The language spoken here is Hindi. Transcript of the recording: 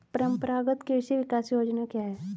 परंपरागत कृषि विकास योजना क्या है?